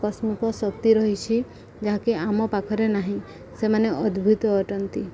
ଆକସ୍ମିକ ଶକ୍ତି ରହିଛି ଯାହାକି ଆମ ପାଖରେ ନାହିଁ ସେମାନେ ଅଦ୍ଭୁତ ଅଟନ୍ତି